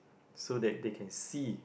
so that they can see